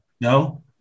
No